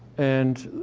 and,